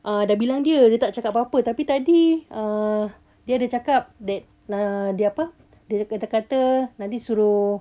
uh dah bilang dia dia tak cakap apa-apa tapi tadi uh dia ada cakap that uh dia apa dia kata nanti suruh